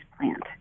plant